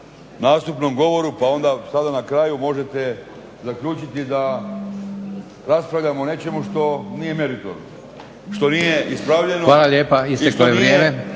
Hvala lijepo, isteklo vrijeme./